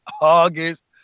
August